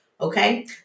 okay